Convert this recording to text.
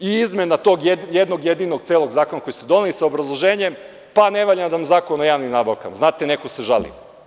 I izmena tog jednog jedinog celog zakona koji ste doneli, sa obrazloženjem da nam ne valja Zakon o javnim nabavkama, znate, neko se žalio.